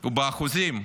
הוא באחוזים.